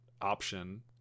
option